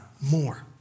more